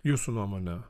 jūsų nuomone